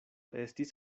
estis